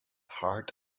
heart